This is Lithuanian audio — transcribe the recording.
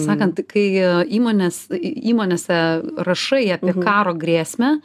sakant kai įmonės įmonėse rašai apie karo grėsmę